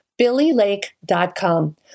Billylake.com